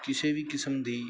ਕਿਸੇ ਵੀ ਕਿਸਮ ਦੀ